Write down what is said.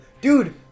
Dude